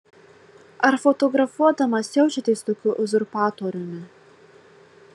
ar fotografuodamas jaučiatės tokiu uzurpatoriumi